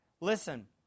Listen